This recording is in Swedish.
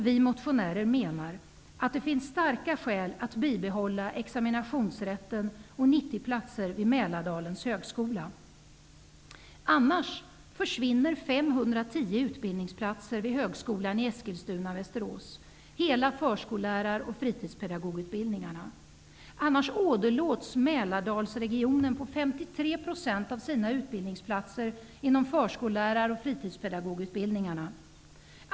Vi motionärer menar att det finns starka skäl för att examinationsrätten och 90 platser skall bibehållas vid Mälardalens högskola: Annars åderlåts Mälardalsregionen på 53 % av sina utbildningsplatser inom förskollärar och fritidspedagogutbildningarna.